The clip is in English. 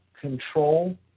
control